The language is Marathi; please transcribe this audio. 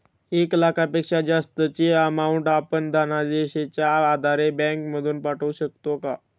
एक लाखापेक्षा जास्तची अमाउंट आपण धनादेशच्या आधारे बँक मधून पाठवू शकतो का?